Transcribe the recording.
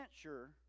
sure